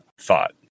Thought